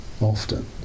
often